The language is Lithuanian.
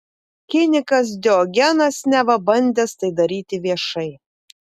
kinikas diogenas neva bandęs tai daryti viešai